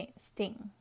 sting